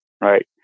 Right